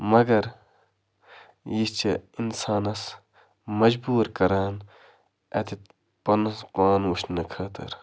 مگر یہِ چھِ اِنسانَس مجبوٗر کَران اَتٮ۪تھ پنٛنِس پان وٕچھنہٕ خٲطٕر